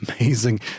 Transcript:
amazing